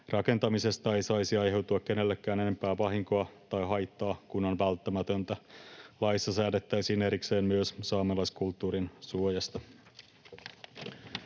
Rakentamisesta ei saisi aiheutua kenellekään enempää vahinkoa tai haittaa kuin on välttämätöntä. Laissa säädettäisiin erikseen myös saamelaiskulttuurin suojasta.